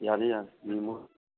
ꯌꯥꯅꯤ ꯌꯥꯅꯤ